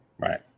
Right